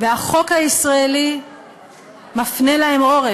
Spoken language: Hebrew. והחוק הישראלי מפנה להם עורף.